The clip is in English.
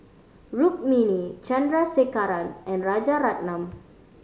Rukmini Chandrasekaran and Rajaratnam